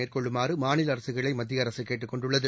மேற்கொள்ளுமாறு மாநில அரசுகளை மத்திய அரசு கேட்டுக் கொண்டுள்ளது